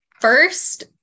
First